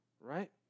right